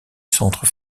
centre